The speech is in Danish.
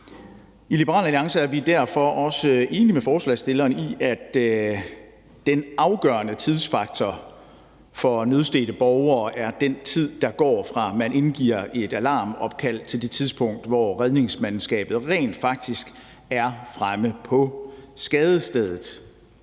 I Liberal Alliance er vi derfor også enige med forslagsstillerne i, at den afgørende tidsfaktor for nødstedte borgere er den tid, der går, fra man indgiver et alarmopkald til det tidspunkt, hvor redningsmandskabet rent faktisk er fremme på skadestedet.